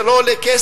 זה לא עולה כסף,